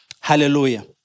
Hallelujah